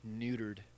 neutered